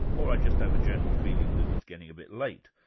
or i just have a general feeling that it's getting a bit late,